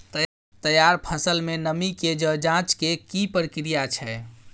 तैयार फसल में नमी के ज जॉंच के की प्रक्रिया छै?